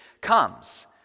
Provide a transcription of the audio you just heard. comes